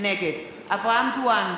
נגד אברהם דואן,